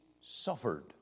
suffered